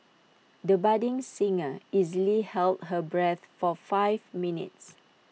the budding singer easily held her breath for five minutes